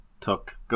took